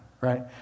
right